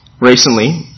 Recently